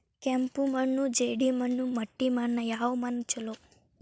ಕೆಂಪು ಮಣ್ಣು, ಜೇಡಿ ಮಣ್ಣು, ಮಟ್ಟಿ ಮಣ್ಣ ಯಾವ ಮಣ್ಣ ಛಲೋ?